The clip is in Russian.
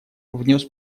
внес